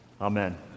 Amen